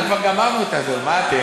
חבר הכנסת שטרן.